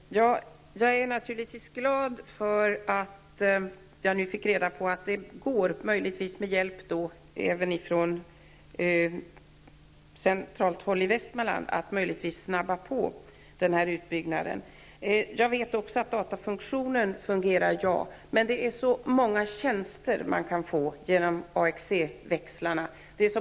Herr talman! Jag är naturligtvis glad för att jag nu fick reda på att det går, möjligtvis med hjälp även från centralt håll i Västmanland, att skynda på utbyggnaden. Jag vet också att datakommunikationen fungerar. Men det är så många tjänster man kan få genom AXE-växlarna.